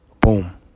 boom